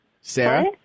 Sarah